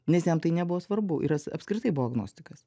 nes jam tai nebuvo svarbu ir jis apskritai buvo agnostikas